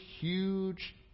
huge